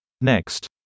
Next